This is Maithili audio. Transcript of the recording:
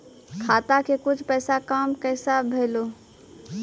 खाता के कुछ पैसा काम कैसा भेलौ?